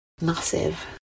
Massive